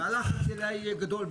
והלחץ על העיר יהיה גדול,